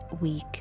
week